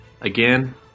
again